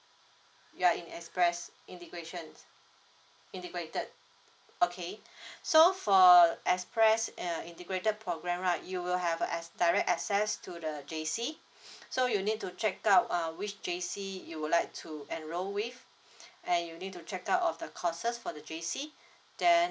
you are in express integration integrated okay so for express uh integrated program right you will have ac~ direct access to the J_C so you need to check out uh which J_C you would like to enrol with and you need to check out of the courses for the J_C then